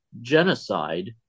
genocide